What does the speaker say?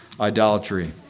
idolatry